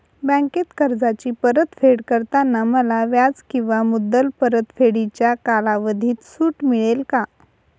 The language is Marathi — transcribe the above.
बँकेत कर्जाची परतफेड करताना मला व्याज किंवा मुद्दल परतफेडीच्या कालावधीत सूट मिळेल का?